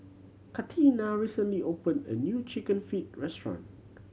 Katina recently opened a new Chicken Feet restaurant